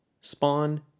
Spawn